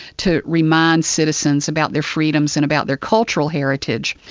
to remind citizens about their freedoms and about their cultural heritage.